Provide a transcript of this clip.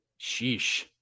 Sheesh